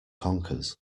conkers